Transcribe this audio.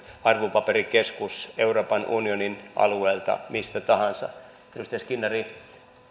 arvopaperikeskus euroopan unionin alueelta mistä tahansa edustaja skinnari